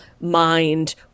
mind